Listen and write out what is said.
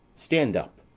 stand up.